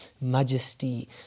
majesty